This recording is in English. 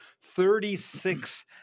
Thirty-six